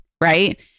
right